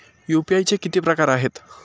UPI चे किती प्रकार आहेत?